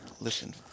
Listen